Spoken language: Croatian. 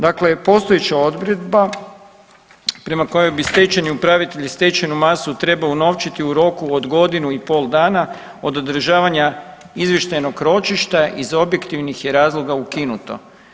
Dakle, postojeća odredba prema kojoj bi stečajni upravitelj stečajnu masu trebao unovčiti u roku od godinu i pol dana od održavanja izvještajnog ročišta iz objektivnih je razloga ukinuto.